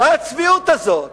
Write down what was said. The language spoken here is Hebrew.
מה הצביעות הזאת?